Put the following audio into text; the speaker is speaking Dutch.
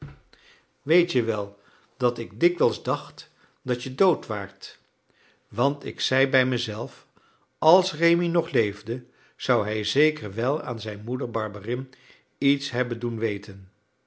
weet je wel dat ik dikwijls dacht dat je dood waart want zei ik bij mezelf als rémi nog leefde zou hij zeker wel aan zijn moeder barberin iets hebben doen weten